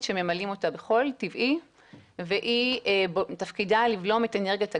שממלאים אותה בחול טבעי ותפקידה לבלום את אנרגיית הגלים.